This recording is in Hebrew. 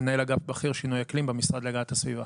מנהל אגף בכיר שינוי אקלים במשרד להגנת הסביבה.